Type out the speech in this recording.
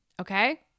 okay